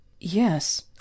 Yes